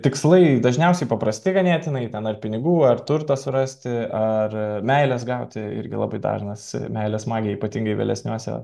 tikslai dažniausiai paprasti ganėtinai ten ar pinigų ar turtas rasti ar meilės gauti irgi labai dažnas meilės magija ypatingai vėlesniuose